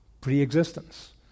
Pre-existence